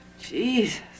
Jesus